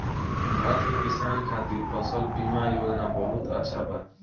भारत के किसान खातिर फसल बीमा योजना बहुत अच्छा बा